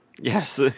Yes